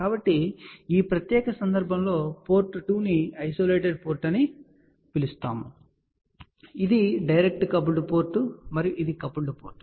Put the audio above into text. కాబట్టి ఈ ప్రత్యేక సందర్భంలో పోర్ట్ 2 ను ఐసోలేటెడ్ పోర్ట్ అని పిలుస్తారు ఇది డైరెక్ట్ కపుల్డ్ పోర్ట్ మరియు ఇది కపుల్డ్ పోర్ట్